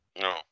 No